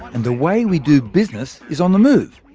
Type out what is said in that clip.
and the way we do business is on the move.